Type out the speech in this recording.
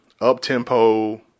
up-tempo